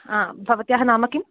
हा भवत्याः नाम किम्